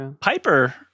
Piper